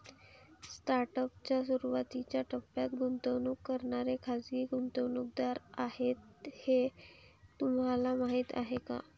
Startup च्या सुरुवातीच्या टप्प्यात गुंतवणूक करणारे खाजगी गुंतवणूकदार आहेत हे तुम्हाला माहीत आहे का?